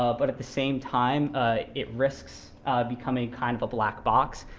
ah but at the same time it risks becoming kind of a black box.